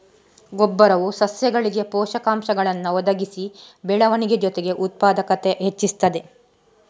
ಗೊಬ್ಬರವು ಸಸ್ಯಗಳಿಗೆ ಪೋಷಕಾಂಶಗಳನ್ನ ಒದಗಿಸಿ ಬೆಳವಣಿಗೆ ಜೊತೆಗೆ ಉತ್ಪಾದಕತೆ ಹೆಚ್ಚಿಸ್ತದೆ